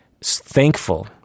thankful